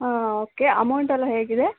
ಹಾಂ ಓಕೆ ಅಮೌಂಟೆಲ್ಲ ಹೇಗಿದೆ